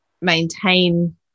maintain